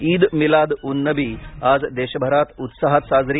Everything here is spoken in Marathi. ईद मिलाद उन नबी आज देशभरात उत्साहात साजरी